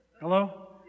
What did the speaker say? Hello